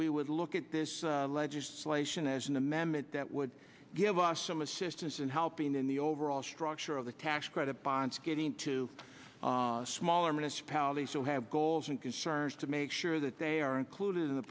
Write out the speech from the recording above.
we would look at this legislation as an amendment that would give us some assistance in helping in the overall structure of the tax credit bonds getting to smaller minister paoli so have goals and concerns to make sure that they are included in the